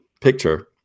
picture